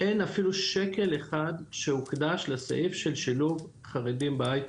אין אפילו שקל אחד שהוקדש לסעיף של שילוב חרדים בהיי-טק.